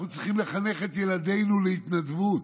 אנחנו צריכים לחנך את ילדינו להתנדבות.